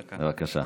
בבקשה.